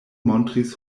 montris